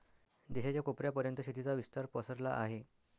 देशाच्या कोपऱ्या पर्यंत शेतीचा विस्तार पसरला आहे